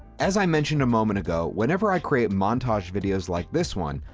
as i mentioned a moment ago, whenever i create montage videos like this one,